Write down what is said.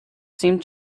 seemed